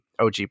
og